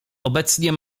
obecnie